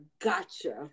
gotcha